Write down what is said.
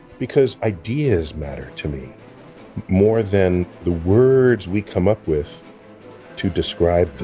because ideas matter to me more than the words we come up with to describe them.